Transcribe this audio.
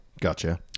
Gotcha